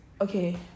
okay